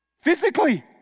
physically